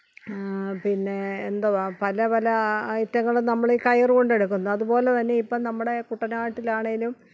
പിന്നെ എന്തുവ പല പല ഐറ്റങ്ങളും നമ്മൾ ഈ കയറുകൊണ്ടെടുക്കുന്നു അതുപോലെ തന്നെ ഇപ്പം നമ്മുടെ കുട്ടനാട്ടിലാണേലും